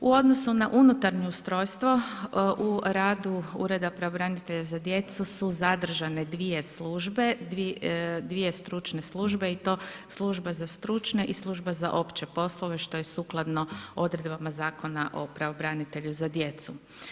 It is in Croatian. U odnosu na unutarnje ustrojstvo u radu Ureda pravobranitelja za djecu su zadržane dvije službe, dvije stručne službe i to Služba za stručne i Služba za opće poslove, što je sukladno odredbama Zakona o pravobranitelju za djecu.